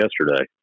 yesterday